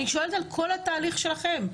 אני שואלת על כל התהליך שלכם,